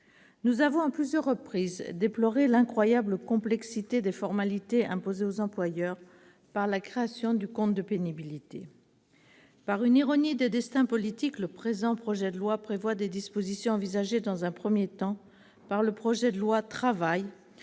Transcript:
Nous avons à plusieurs reprises déploré l'incroyable complexité des formalités imposées aux employeurs par la création du compte de prévention de la pénibilité. Par une ironie des destins politiques, le présent projet de loi prévoit des dispositions inscrites dans un premier temps dans le projet de loi « travail »,